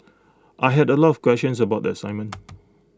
I had A lot of questions about the assignment